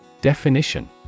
Definition